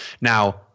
Now